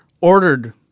ordered